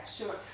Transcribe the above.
sure